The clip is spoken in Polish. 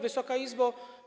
Wysoka Izbo!